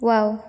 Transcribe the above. wow